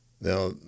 Now